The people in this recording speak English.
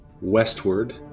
westward